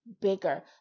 Bigger